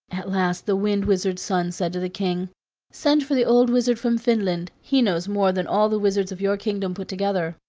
at last the wind wizard's son said to the king send for the old wizard from finland he knows more than all the wizards of your kingdom put together.